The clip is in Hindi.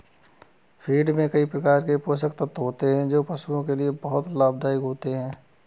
फ़ीड में कई प्रकार के पोषक तत्व होते हैं जो पशुओं के लिए बहुत लाभदायक होते हैं